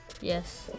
yes